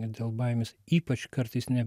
dėl baimės ypač kartais ne